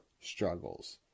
struggles